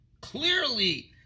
clearly